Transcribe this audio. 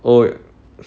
oh